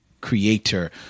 creator